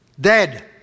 dead